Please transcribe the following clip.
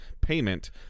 payment